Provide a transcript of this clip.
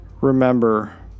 Remember